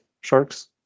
Sharks